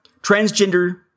transgender